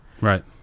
Right